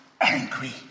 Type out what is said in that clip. angry